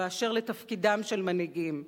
באשר לתפקידם של מנהיגים,